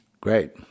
Great